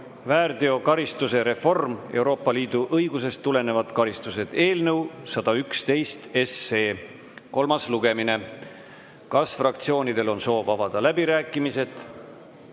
väärteokaristuste reform, EL‑i õigusest tulenevad karistused) eelnõu 111 kolmas lugemine. Kas fraktsioonidel on soov avada läbirääkimised?